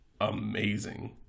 amazing